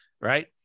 right